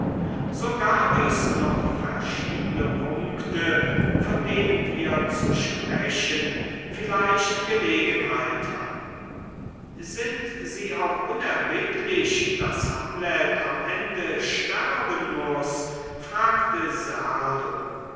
so gab es noch verschiedene punkte von denen wir zu sprechen vielleicht gelegenheit haben sind sie auch unerbittlich daß hamlet am ende sterben muß fragte serlo